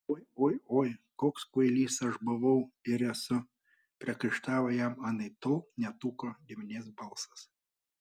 oi oi oi koks kvailys aš buvau ir esu priekaištavo jam anaiptol ne tuko giminės balsas